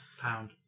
Pound